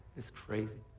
it's crazy.